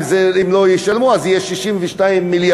ואם לא ישלמו אז יהיה 62 מיליארד.